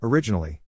Originally